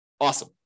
Awesome